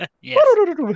Yes